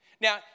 Now